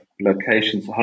locations